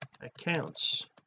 accounts